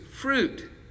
fruit